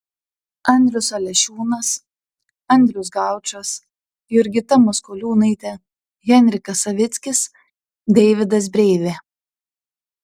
andrius alešiūnas andrius gaučas jurgita maskoliūnaitė henrikas savickis deividas breivė